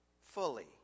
fully